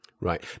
Right